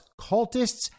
cultists